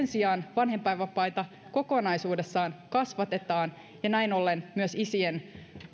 sijaan vanhempainvapaita kokonaisuudessaan kasvatetaan ja näin ollen myös isien